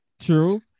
True